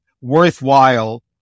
worthwhile